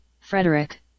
Frederick